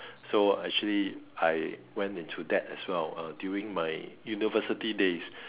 so actually I went into that as well uh during my university days